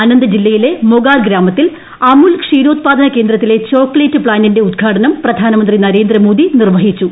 അനന്ത് ജില്ലയിലെ മൊഗാർ ഗ്രാമത്തിൽ അമുൽ ക്ഷീരോത്പാദന കേന്ദ്രത്തിലെ ചോക്കലേറ്റ് പ്താന്റിന്റെ ഉദ്ഘാടനം പ്രധാനമന്ത്രി നരേന്ദ്രമോദി നിർവഹിച്ചു